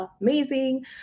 amazing